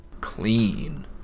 clean